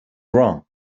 wrong